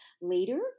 later